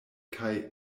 kaj